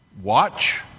watch